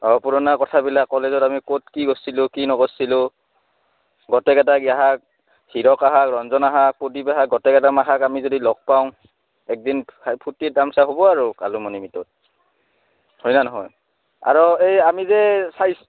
অঁ পুৰণা কথাবিলাক কলেজত আমি ক'ত কি কৰছিলোঁ কি নকৰছিলোঁ গোটেইকেইটা আহাক হীৰক আহাক ৰঞ্জন আহাক প্ৰদীপ আহাক গটেইকেইটামাখাক আমি যদি লগ পাওঁ একদিন ফুৰ্তি তামছা হ'ব আৰু এলুমিনি মিটত হয়নে নহয় আৰু এই আমি যে চাই